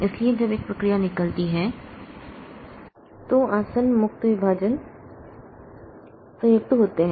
इसलिए जब एक प्रक्रिया निकलती है तो आसन्न मुक्त विभाजन संयुक्त होते हैं